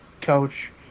coach